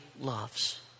loves